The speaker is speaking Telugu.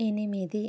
ఎనిమిది